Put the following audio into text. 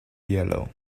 yellow